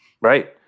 Right